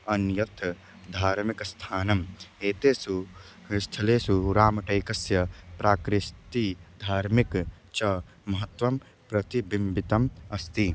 अन्यत् धार्मिकस्थानम् एतेषु स्थलेषु रामटेकस्य प्राकृतिकं धाार्मिकञ्च महत्त्वं प्रतिबिम्बितम् अस्ति